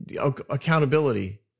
accountability